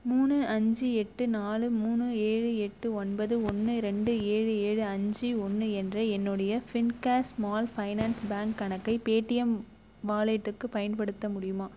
மூணு அஞ்சு எட்டு நாலு மூணு ஏழு எட்டு ஒன்பது ஒன்று ரெண்டு ஏழு ஏழு அஞ்சு ஒன்று என்ற என்னுடைய ஃபின்கேர் ஸ்மால் ஃபைனான்ஸ் பேங்க் கணக்கை பேடீஎம் வாலெட்டுக்கு பயன்படுத்த முடியுமா